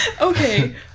okay